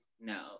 no